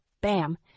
bam